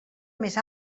més